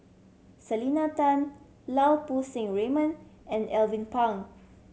Selena Tan Lau Poo Seng Raymond and Alvin Pang